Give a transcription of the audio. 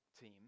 team